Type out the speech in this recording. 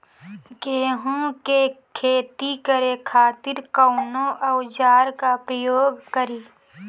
गेहूं के खेती करे खातिर कवन औजार के प्रयोग करी?